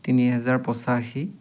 তিনি হাজাৰ পঁচাশী